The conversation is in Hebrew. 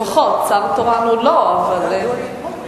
להעביר לוועדת הכלכלה.